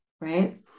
Right